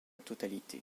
totalité